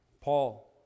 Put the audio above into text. Paul